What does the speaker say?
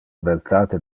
beltate